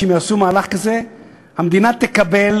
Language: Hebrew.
שאם יעשו מהלך כזה המדינה תקבל,